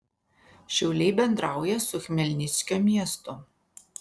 šiauliai bendrauja su chmelnickio miestu